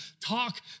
talk